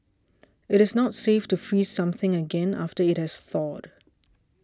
it is not safe to freeze something again after it has thawed